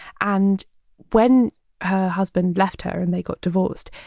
and when her husband left her and they got divorced,